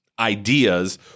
Ideas